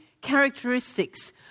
characteristics